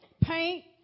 paint